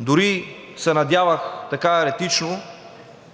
Дори се надявах, така еретично,